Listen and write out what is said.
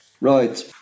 right